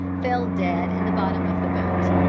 fell dead in the bottom of the boat.